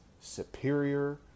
superior